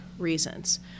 reasons